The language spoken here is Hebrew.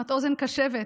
את אוזן קשבת,